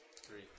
Three